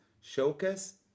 showcase